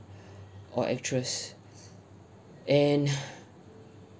or actress and uh